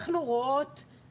אנחנו רואות את זה,